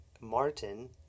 Martin